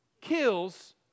kills